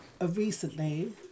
recently